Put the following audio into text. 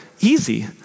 easy